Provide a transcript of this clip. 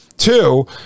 Two